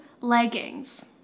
leggings